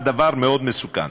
הדבר מאוד מסוכן.